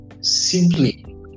simply